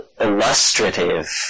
illustrative